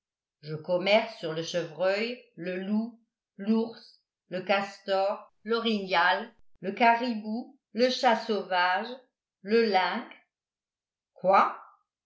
je commerce sur le chevreuil le loup l'ours le castor l'orignal le caribou le chat sauvage le link quoi